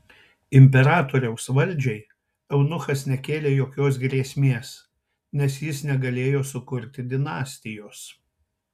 imperatoriaus valdžiai eunuchas nekėlė jokios grėsmės nes jis negalėjo sukurti dinastijos